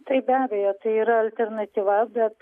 taip be abejo tai yra alternatyva bet